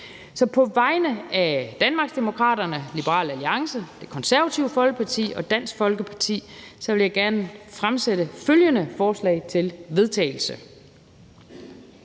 Så på vegne af Danmarksdemokraterne, Liberal Alliance, Det Konservative Folkeparti og Dansk Folkeparti vil jeg gerne fremsætte følgende: Forslag til vedtagelse